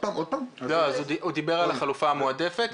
הוא דיבר על החלופה המועדפת.